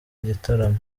igitaramo